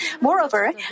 Moreover